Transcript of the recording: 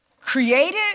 created